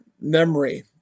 memory